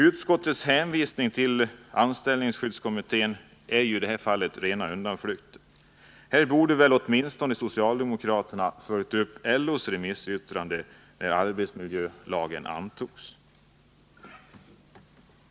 Utskottets hänvisning till anställningsskyddskommittén är i detta fall en ren undanflykt. Här borde åtminstone socialdemokraterna ha följt upp LO:s remissyttrande när arbetsmiljölagen antogs.